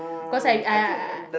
cause I I I I